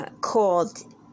called